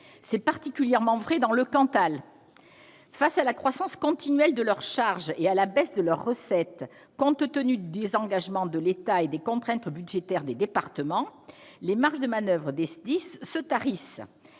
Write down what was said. C'est particulièrement vrai dans le Cantal. Face à la croissance continuelle de leurs charges et à la baisse de leurs recettes, compte tenu du désengagement de l'État et des contraintes budgétaires des départements, les marges de manoeuvre des SDIS se tarissent.